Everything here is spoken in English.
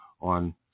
on